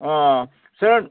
sir